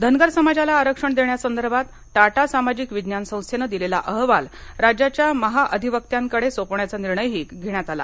धनगर समाजाला आरक्षण देण्यासंदर्भात टाटा सामाजिक विज्ञान संस्थेने दिलेला अहवाल राज्याच्या महाधिवक्त्यांकडे सोपवण्याचा निर्णयही घेण्यात आला